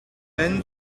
then